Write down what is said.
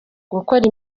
gukora